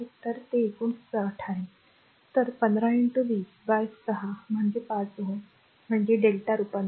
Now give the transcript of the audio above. तर ते एकूण 60 आहे तर 15 20 बाय 6 म्हणजे 5 Ω म्हणजे Δ रूपांतरण